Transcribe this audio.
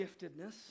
giftedness